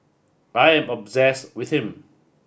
I am obsessed with him